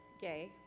gay